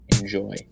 Enjoy